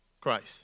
Christ